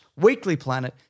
weeklyplanet